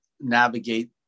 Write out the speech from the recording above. navigate